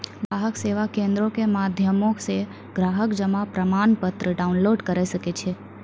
ग्राहक सेवा केंद्रो के माध्यमो से ग्राहक जमा प्रमाणपत्र डाउनलोड करे सकै छै